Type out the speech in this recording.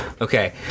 Okay